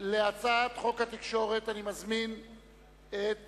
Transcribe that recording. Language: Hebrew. אני מזמין את